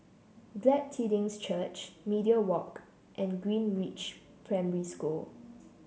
Glad Tidings Church Media Walk and Greenridge Primary School